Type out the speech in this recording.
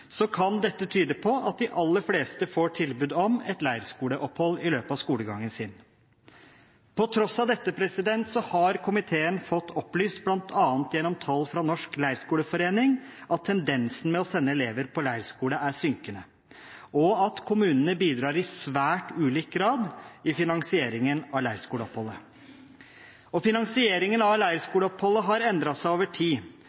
kan dette tyde på at de aller fleste får tilbud om et leirskoleopphold i løpet av skolegangen sin. På tross av dette har komiteen fått opplyst, bl.a. gjennom tall fra Norsk Leirskoleforening, at tendensen med å sende elever på leirskole er synkende, og at kommunene bidrar i svært ulik grad i finansieringen av leirskoleoppholdet. Finansieringen av leirskoleoppholdet har endret seg over tid.